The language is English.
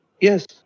yes